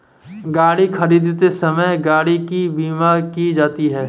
गाड़ी खरीदते समय गाड़ी की बीमा की जाती है